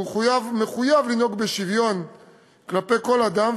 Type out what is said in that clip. הוא מחויב לנהוג בשוויון כלפי כל אדם,